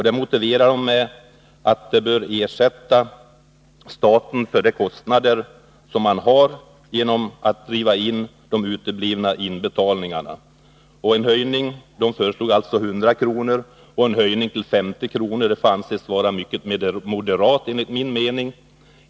Det motiveras med att beloppet bör vara ersättning till staten för kostnaderna att driva in de uteblivna inbetalningarna. En höjning till 50 kr. får därför anses vara mycket moderat, enligt min mening.